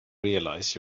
realize